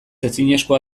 ezinezkoa